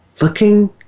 looking